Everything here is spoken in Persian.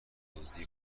دزدی